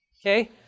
Okay